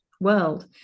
world